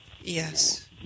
Yes